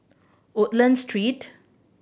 Woodlands Street